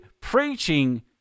preaching